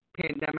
Pandemic